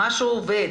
שמשהו עובד,